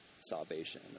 salvation